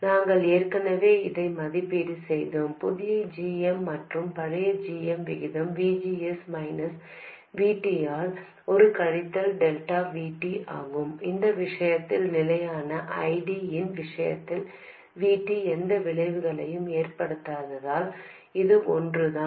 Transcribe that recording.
நாங்கள் ஏற்கனவே இதை மதிப்பீடு செய்தோம் புதிய g m மற்றும் பழைய g m விகிதம் V G S minus V T ஆல் ஒரு கழித்தல் டெல்டா V T ஆகும் இந்த விஷயத்தில் நிலையான I D இன் விஷயத்தில் V T எந்த விளைவையும் ஏற்படுத்தாததால் இது ஒன்றுதான்